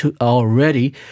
already